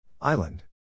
Island